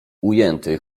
ujęty